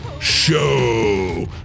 show